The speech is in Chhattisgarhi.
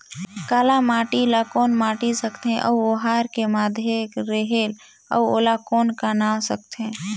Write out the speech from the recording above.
काला माटी ला कौन माटी सकथे अउ ओहार के माधेक रेहेल अउ ओला कौन का नाव सकथे?